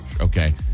Okay